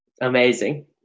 Amazing